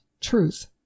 truth